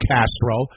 Castro